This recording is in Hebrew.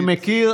אני מכיר.